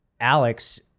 Alex